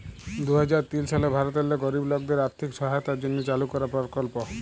দু হাজার তিল সালে ভারতেল্লে গরিব লকদের আথ্থিক সহায়তার জ্যনহে চালু করা পরকল্প